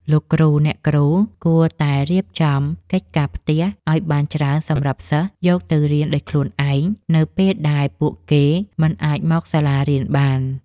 លោកគ្រូអ្នកគ្រូគួរតែរៀបចំកិច្ចការផ្ទះឱ្យបានច្រើនសម្រាប់សិស្សយកទៅរៀនដោយខ្លួនឯង នៅពេលដែលពួកគេមិនអាចមកសាលារៀនបាន។